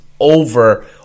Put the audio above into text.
over